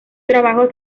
trabajo